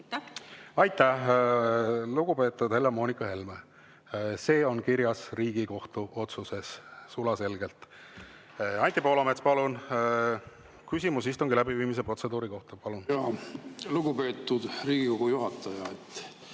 Aitäh, lugupeetud Helle-Moonika Helme! See on kirjas Riigikohtu otsuses, sulaselgelt. Anti Poolamets, palun! Küsimus istungi läbiviimise protseduuri kohta. Lugupeetud Riigikogu juhataja!